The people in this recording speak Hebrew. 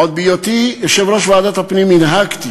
עוד בהיותי יושב-ראש ועדת הפנים, הנהגתי